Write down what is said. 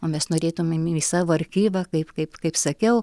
o mes norėtumėm į savo archyvą kaip kaip kaip sakiau